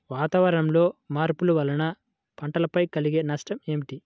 వాతావరణంలో మార్పుల వలన పంటలపై కలిగే నష్టం ఏమిటీ?